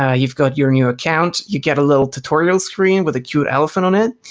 yeah you've got your new account. you get a little tutorial stream with a cute elephant on it.